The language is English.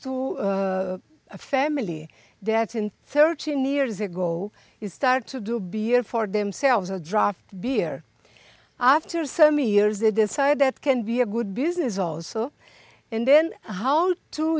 to a family that's in thirteen years ago he started to do beer for themselves a draft beer after so many years they decided that can be a good business also and then how to